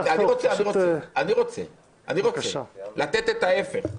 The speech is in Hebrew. אני רוצה לתת את ההפך.